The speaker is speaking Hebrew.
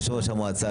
את יושב ראש המועצה.